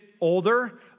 older